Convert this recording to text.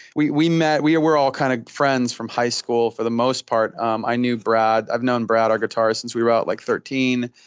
we we met we were all kind of friends from high school for the most part. um i knew brad i've known brad our guitarist since we were about like thirteen.